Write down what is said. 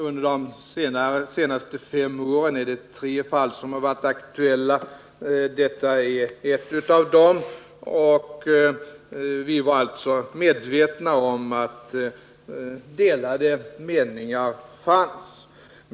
Under de senaste fem åren är det tre fall som har varit aktuella, och detta är ett av dem. Vi var alltså medvetna om att delade meningar fanns.